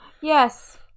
Yes